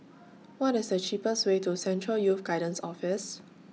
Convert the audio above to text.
What IS The cheapest Way to Central Youth Guidance Office